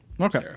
Okay